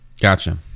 Gotcha